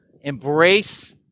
embrace